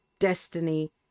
destiny